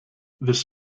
this